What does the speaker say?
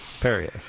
Perrier